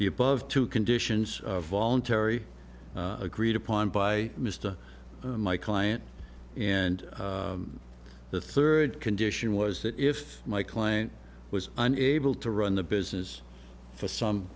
the above two conditions voluntary agreed upon by mr my client and the third condition was that if my client was an able to run the business for some